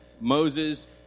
Moses